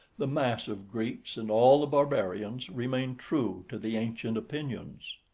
the mass of greeks, and all the barbarians, remain true to the ancient opinions.